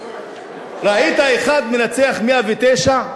ראית אחד מנצח 109?